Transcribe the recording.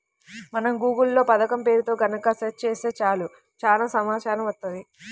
మనం గూగుల్ లో పథకం పేరుతో గనక సెర్చ్ చేత్తే చాలు చానా సమాచారం వత్తది